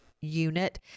unit